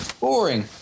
boring